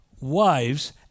wives